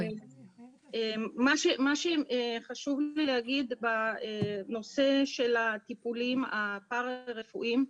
חשוב לי להגיד בנושא הטיפולים הפרא-רפואיים,